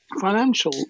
financial